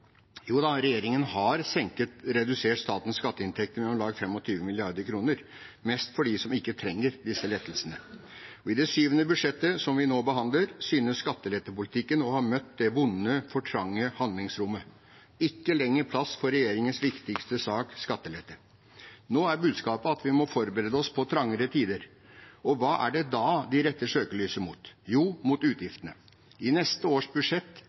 Regjeringen har redusert statens skatteinntekter med om lag 25 mrd. kr, mest for dem som ikke trenger disse lettelsene. I det syvende budsjettet, som vi nå behandler, synes skattelettepolitikken å ha møtt det vonde, for trange handlingsrommet: ikke lenger plass for regjeringens viktigste sak, skattelette. Nå er budskapet at vi må forberede oss på trangere tider. Hva er det da de retter søkelyset mot? – Jo, mot utgiftene. I neste års budsjett